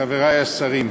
חברי השרים,